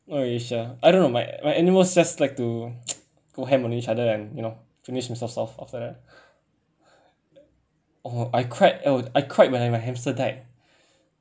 not really sure I don't know my my animals just like to go harm on each other and you know finish themselves off after that oh I cried oh I cried when my hamster died